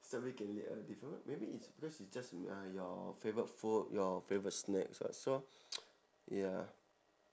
strawberry can let uh different what maybe is because is just mm uh your favourite food your favourite snacks [what] so ya